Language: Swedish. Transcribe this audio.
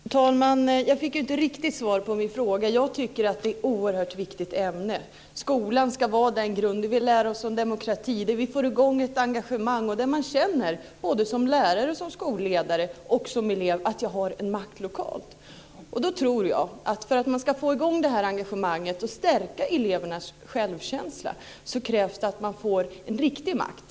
Fru talman! Jag fick inte riktigt svar på min fråga. Jag tycker att det är ett oerhört viktigt ämne. Skolan ska vara det ställe där vi lär oss om demokrati, där vi får i gång ett engagemang och där man, som lärare, skolledare och elev, känner att man har en makt lokalt. För att man ska få i gång det här engagemanget och stärka elevernas självkänsla tror jag att det krävs att man får en riktig makt.